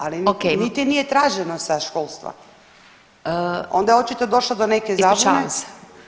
Ali niti nije traženo sa školstva, onda je očito došlo do neke zabune.